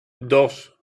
dos